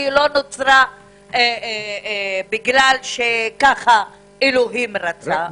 ולא נוצרה בגלל שככה אלוהים רצה.